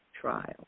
trial